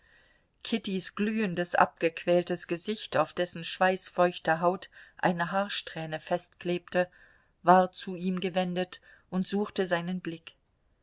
kittys glühendes abgequältes gesicht auf dessen schweißfeuchter haut eine haarsträhne festklebte war zu ihm gewendet und suchte seinen blick